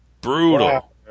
Brutal